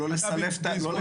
אבל לא לסלף את האירועים,